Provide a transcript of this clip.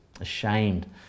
ashamed